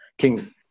King